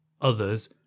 Others